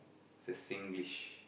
is a Singlish